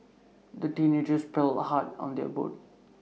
the teenagers paddled hard on their boat